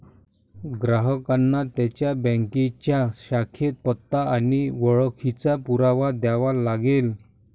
ग्राहकांना त्यांच्या बँकेच्या शाखेत पत्ता आणि ओळखीचा पुरावा द्यावा लागेल